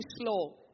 slow